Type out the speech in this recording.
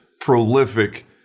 prolific